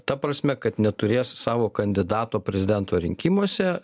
ta prasme kad neturės savo kandidato prezidento rinkimuose